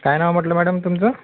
काय नाव म्हटलं मॅडम तुमचं